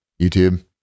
YouTube